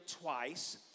twice